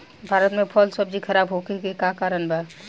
भारत में फल सब्जी खराब होखे के का कारण बा?